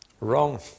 wrong